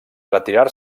retirar